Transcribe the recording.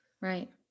Right